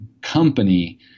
company